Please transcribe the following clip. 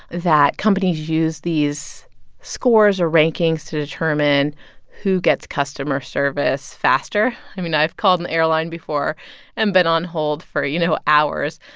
that companies use these scores or rankings to determine who gets customer service faster. i mean, i've called an airline before and been on hold for, you know, hours.